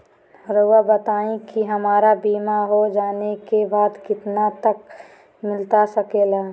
रहुआ बताइए कि हमारा बीमा हो जाने के बाद कितना तक मिलता सके ला?